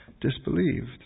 disbelieved